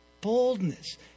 boldness